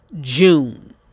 June